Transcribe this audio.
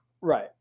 Right